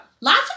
Lots